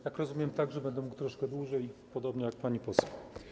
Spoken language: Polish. Jak rozumiem, także będę mógł troszkę dłużej, podobnie jak pani poseł.